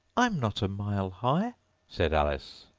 i'm not a mile high said alice.